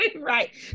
Right